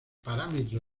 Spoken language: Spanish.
parámetro